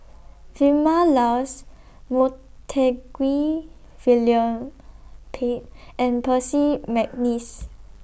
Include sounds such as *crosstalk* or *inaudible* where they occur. *noise* Vilma Laus Montague William Pett and Percy Mcneice